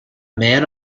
man